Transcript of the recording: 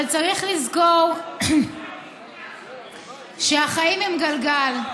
אבל צריך לזכור שהחיים הם גלגל,